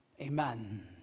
Amen